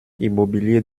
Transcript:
immobilier